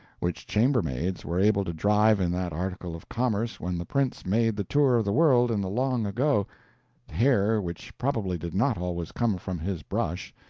which chambermaids were able to drive in that article of commerce when the prince made the tour of the world in the long ago hair which probably did not always come from his brush,